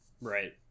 right